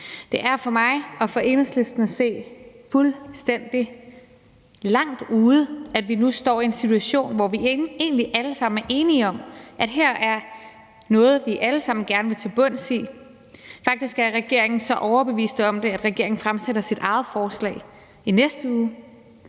Det er for mig og for Enhedslisten at se fuldstændig langt ude, at vi nu står i en situation, hvor vi egentlig alle sammen er enige om, at her er noget, vi alle sammen gerne vil til bunds i – faktisk er regeringen så overbevist om det, at man fremsætter sit eget forslag i næste uge